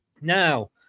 Now